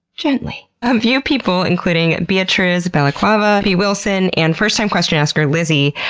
gently. a few people, including beatriz bevilacqua, bee wilson, and first-time question-asker lizzie,